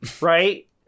right